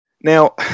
now